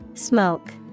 Smoke